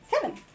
seven